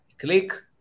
click